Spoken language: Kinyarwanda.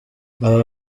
aba